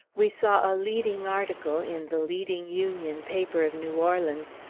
we saw a leading article in the leading union paper of new orleans,